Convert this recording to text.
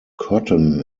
cotton